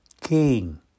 King